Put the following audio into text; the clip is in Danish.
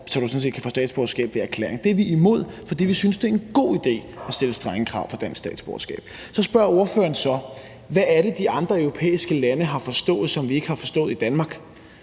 set kan få statsborgerskab ved erklæring. Det er vi imod, fordi vi synes, det er en god idé at stille strenge krav til at få dansk statsborgerskab. For det andet spørger ordføreren så: Hvad er det, de andre europæiske lande har forstået, som vi ikke har forstået i Danmark?